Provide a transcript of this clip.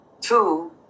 two